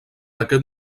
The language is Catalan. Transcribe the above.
aquest